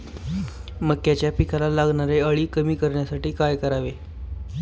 मक्याच्या पिकाला लागणारी अळी कमी करण्यासाठी काय करावे?